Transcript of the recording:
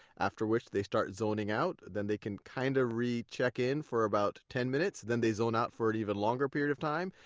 after which they start zoning out. then they can kind of re-check in for about ten minutes, then they zone out for an even longer period of time,